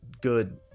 good